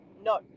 no